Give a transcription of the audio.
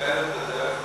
שבנט בדרך החוצה.